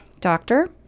doctor